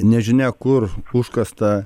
nežinia kur užkastą